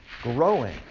growing